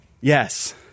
Yes